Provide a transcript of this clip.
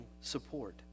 support